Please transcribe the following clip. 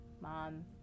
Mom